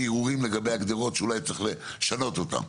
הרהורים לגבי הגדרות שאולי צריך לשנות אותם.